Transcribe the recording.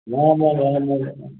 ஆமாம்ங்க ஆமாம்ங்க